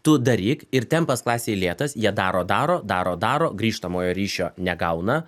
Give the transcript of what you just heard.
tu daryk ir tempas klasėj lėtas jie daro daro daro daro grįžtamojo ryšio negauna